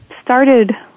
started